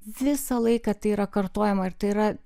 visą laiką tai yra kartojama ir tai yra